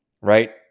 right